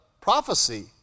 prophecy